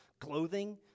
Clothing